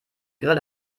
grill